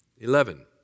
Eleven